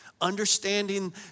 Understanding